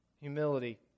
Humility